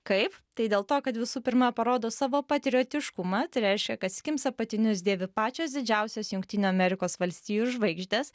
kaip tai dėl to kad visų pirma parodo savo patriotiškumą tai reiškia kad skims apatinius dėvi pačios didžiausios jungtinių amerikos valstijų žvaigždės